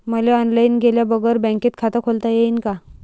मले ऑनलाईन गेल्या बगर बँकेत खात खोलता येईन का?